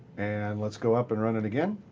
and let's go up and run it again.